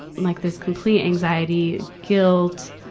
like this complete anxiety, guilt,